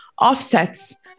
offsets